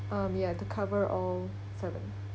um ya to cover all seven